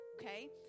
Okay